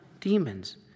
demons